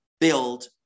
build